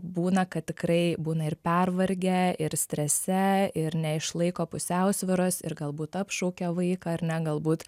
būna kad tikrai būna ir pervargę ir strese ir neišlaiko pusiausvyros ir galbūt apšaukia vaiką ar ne galbūt